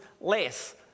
less